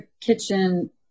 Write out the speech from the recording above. kitchen